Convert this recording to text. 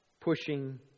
pushing